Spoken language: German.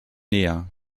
näher